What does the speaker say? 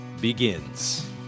begins